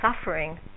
suffering